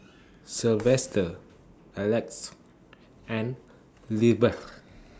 Silvester Alexys and Lizbeth